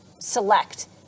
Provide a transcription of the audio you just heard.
select